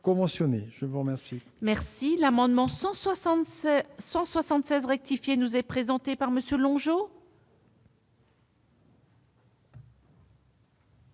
Je vous remercie,